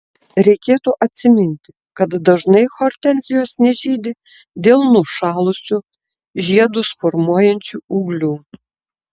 reikėtų atsiminti kad dažnai hortenzijos nežydi dėl nušalusių žiedus formuojančių ūglių